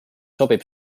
sobib